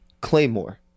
claymore